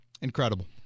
incredible